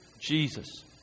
Jesus